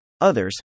others